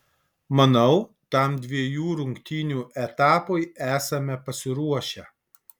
manau tam dviejų rungtynių etapui esame pasiruošę